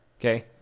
okay